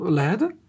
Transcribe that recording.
leiden